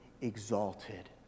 exalted